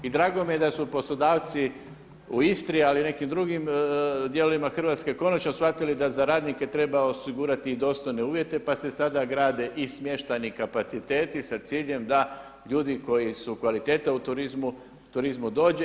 I drago mi je da su poslodavci u Istri, ali i u nekim drugim dijelovima Hrvatske konačno shvatili da za radnike treba osigurati i dostojne uvjete, pa se sada grade i smještajni kapaciteti sa ciljem da ljudi koji su kvaliteta u turizmu dođe.